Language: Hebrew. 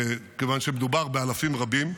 כיוון שמדובר באלפים רבים.